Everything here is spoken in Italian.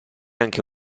anche